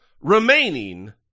remaining